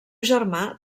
germà